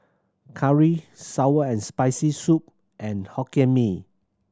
curry sour and Spicy Soup and Hokkien Mee